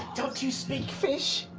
don't you speak fish?